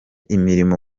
imirimo